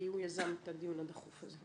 כי הוא יזם את הדיון הדחוף הזה.